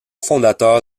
fondateur